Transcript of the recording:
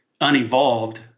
unevolved